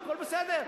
הכול בסדר.